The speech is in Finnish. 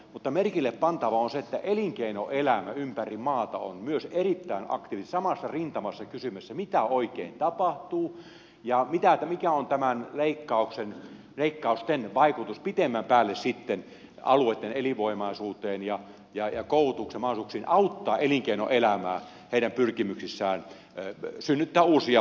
mutta merkille pantavaa on se että myös elinkeinoelämä ympäri maata on erittäin aktiivisesti samassa rintamassa kysymässä mitä oikein tapahtuu ja mikä on näiden leikkausten vaikutus pitemmän päälle sitten alueitten elinvoimaisuuteen ja koulutuksen mahdollisuuksiin auttaa elinkeinoelämää sen pyrkimyksissä synnyttää uusia työpaikkoja